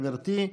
גברתי,